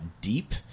deep